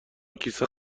کیسه